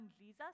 Jesus